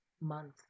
month